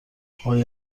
آقای